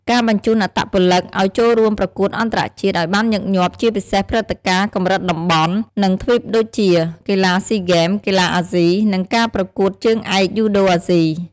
ការបញ្ជូនអត្តពលិកឲ្យចូលរួមប្រកួតអន្តរជាតិឲ្យបានញឹកញាប់ ជាពិសេសព្រឹត្តិការណ៍កម្រិតតំបន់ និងទ្វីបដូចជា កីឡាស៊ីហ្គេម កីឡាអាស៊ី និងការប្រកួតជើងឯកយូដូអាស៊ី ។